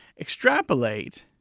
extrapolate